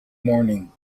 morning